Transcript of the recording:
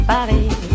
Paris